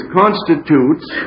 constitutes